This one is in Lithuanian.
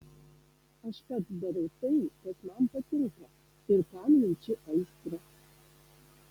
aš pats darau tai kas man patinka ir kam jaučiu aistrą